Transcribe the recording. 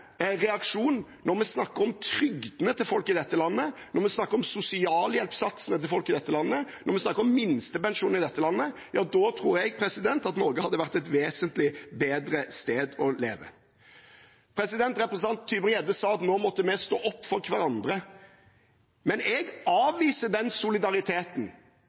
når vi snakker om trygdene til folk i dette landet, når vi snakker om sosialhjelpssatsene til folk i dette landet, når vi snakker om minstepensjonen i dette landet, da tror jeg Norge hadde vært et vesentlig bedre sted å leve. Representanten Tybring-Gjedde sa at nå må vi stå opp for hverandre, men jeg avviser den solidariteten,